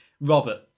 Robert